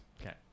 okay